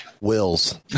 Wills